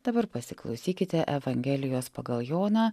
dabar pasiklausykite evangelijos pagal joną